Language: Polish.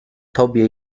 tobie